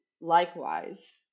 likewise